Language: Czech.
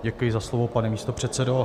Děkuji za slovo, pane místopředsedo.